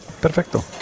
Perfecto